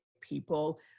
people